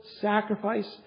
sacrifice